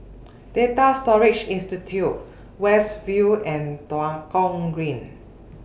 Data Storage Institute West View and Tua Kong Green